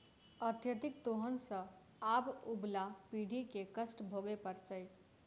अत्यधिक दोहन सँ आबअबला पीढ़ी के कष्ट भोगय पड़तै